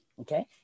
Okay